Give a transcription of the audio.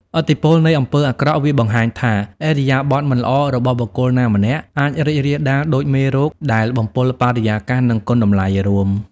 ឥទ្ធិពលនៃអំពើអាក្រក់ វាបង្ហាញថា ឥរិយាបថមិនល្អរបស់បុគ្គលណាម្នាក់ អាច រីករាលដាល ដូចមេរោគ ដែលបំពុលបរិយាកាស និងគុណតម្លៃរួម។